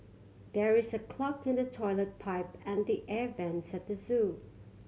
there is a clog in the toilet pipe and the air vents at the zoo